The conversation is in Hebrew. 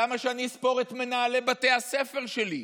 למה שאני אספור את מנהלי בתי הספר שלי?